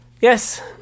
Yes